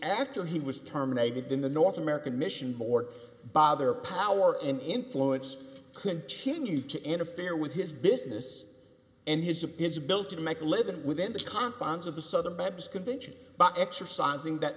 after he was terminated in the north american mission board bother power and influence continued to interfere with his business and his appears bill to make a living within the confines of the southern baptist convention but exercising that